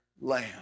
lamb